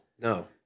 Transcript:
No